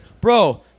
Bro